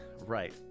Right